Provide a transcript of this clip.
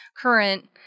current